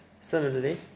Similarly